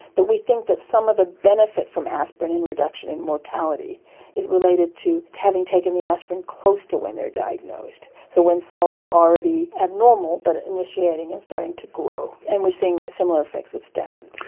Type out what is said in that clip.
but we think that some of the benefit from aspirin in reduction in mortality is related to having taken the aspirin close to when they are diagnosed, so when cells are already abnormal but initiating and starting to grow. and we are seeing similar effects with statins.